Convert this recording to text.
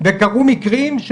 וקרו מקרים,